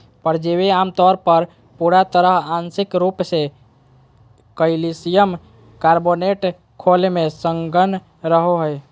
परिजीवी आमतौर पर पूरा तरह आंशिक रूप से कइल्शियम कार्बोनेट खोल में संलग्न रहो हइ